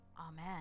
amen